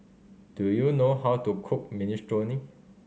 do you know how to cook Minestrone